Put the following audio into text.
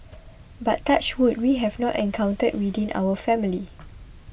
but touch wood we have not encountered within our family